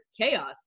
chaos